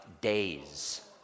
days